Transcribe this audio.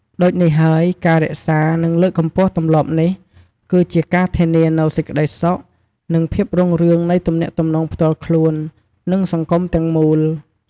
ដូចនេះហើយ ការរក្សា និងលើកកម្ពស់ទម្លាប់នេះ គឺជាការធានានូវសេចក្ដីសុខ និងភាពរុងរឿងនៃទំនាក់ទំនងផ្ទាល់ខ្លួន និងសង្គមទាំងមូល។